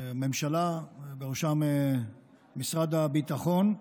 הממשלה, ובראש משרד הביטחון,